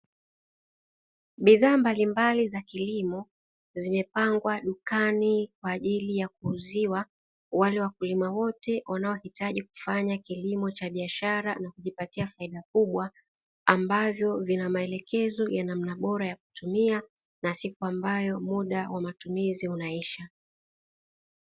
Bidhaa mbalimbali za kilimo zimepangwa dukani kwa ajili ya kuuziwa wale wakulima wote wanaohitaji kufanya kilimo cha biashara na kujipatia faida kubwa, ambavyo vina maelezo ya namna bora ya kutumia na siku ambayo muda wa matumizi unaisha.